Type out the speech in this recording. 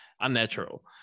unnatural